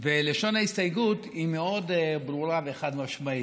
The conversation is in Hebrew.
ולשון ההסתייגות היא מאוד ברורה וחד-משמעית,